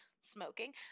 smoking